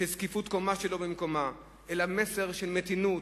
של זקיפות קומה שלא במקומה, אלא מסר של מתינות,